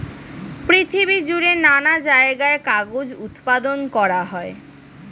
পৃথিবী জুড়ে নানা জায়গায় কাগজ উৎপাদন করা হয়